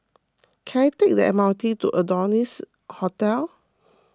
can I take the M R T to Adonis Hotel